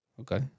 Okay